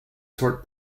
sort